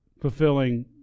fulfilling